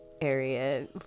area